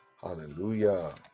hallelujah